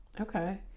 Okay